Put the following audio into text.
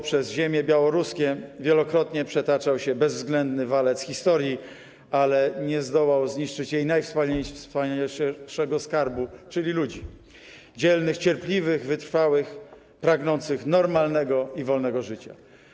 Przez białoruskie ziemie wielokrotnie przetaczał się bezwzględny walec historii, ale nie zdołał zniszczyć jej najwspanialszego skarbu, czyli ludzi: dzielnych, cierpliwych, wytrwałych, pragnących normalnego i wolnego życia.